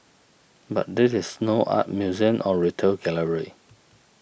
but this is no art museum or retail gallery